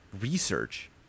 research